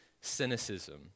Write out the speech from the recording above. cynicism